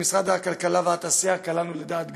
במשרד הכלכלה והתעשייה קלענו לדעת גדולים.